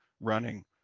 running